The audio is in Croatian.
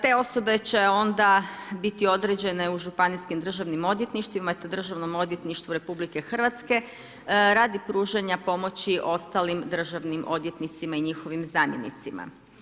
Te osobe će onda biti određene u županijskim državnim odvjetništvima te Državnom odvjetništvu Republike Hrvatske radi pružanja pomoći ostalim državnim odvjetnicima i njihovim zamjenicima.